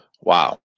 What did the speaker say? wow